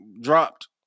dropped